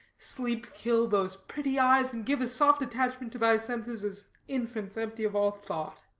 sleep kill those pretty eyes, and give as soft attachment to thy senses as infants' empty of all thought!